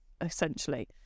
essentially